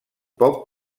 poc